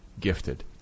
gifted